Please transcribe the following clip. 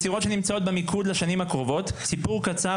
היצירות שנמצאות במיקוד לשנים הקרובות: סיפור קצר